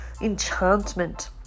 enchantment